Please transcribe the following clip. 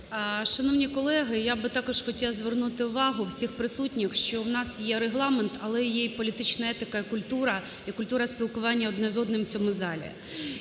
Шановні колеги, я би також хотіла звернути увагу всіх присутніх, що в нас є Регламент, але є і політична етика і культура, і культура спілкування один з одним у цьому залі.